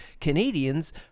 Canadians